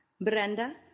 Brenda